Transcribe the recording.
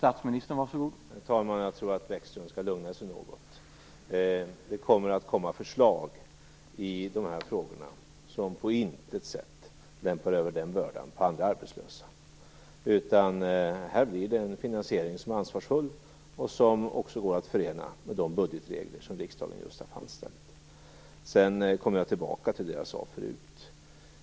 Herr talman! Jag tror att Bäckström skall lugna sig något. Det kommer förslag i de här frågorna som på intet sätt lämpar över den bördan på andra arbetslösa. Här blir det en finansiering som är ansvarsfull och som går att förena med de budgetregler som riksdagen just har fastställt. Därmed kommer jag tillbaka till det jag sade förut.